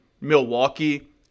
Milwaukee